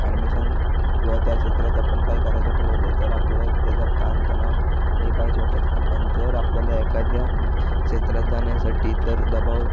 admission व त्या क्षेत्रात आपण काही करायचं ठरवलं तर आपल्याला त्याचा ताणतणाव हे काहीच वाटत नाही पण जर आपल्याला एखाद्या क्षेत्रात जाण्यासाठी तर दबाव